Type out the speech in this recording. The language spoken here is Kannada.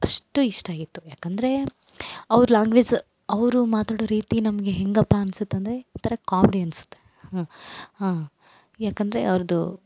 ಅಷ್ಟು ಇಷ್ಟ ಆಗಿತ್ತು ಯಾಕಂದರೆ ಅವ್ರ ಲ್ಯಾಂಗ್ವೇಜ್ ಅವರು ಮಾತಾಡೋ ರೀತಿ ನಮಗೆ ಹೆಂಗಪ್ಪ ಅನ್ಸತ್ತೆ ಅಂದರೆ ಒಂಥರ ಕಾಮ್ಡಿ ಅನ್ಸುತ್ತೆ ಯಾಕಂದರೆ ಅವ್ರದ್ದು